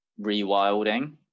rewilding